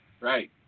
Right